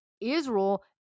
Israel